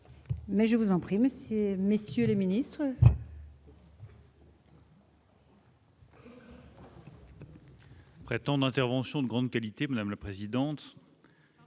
mais je vous en prie, monsieur, monsieur le ministre. Prétendant intervention de grande qualité, madame la présidente,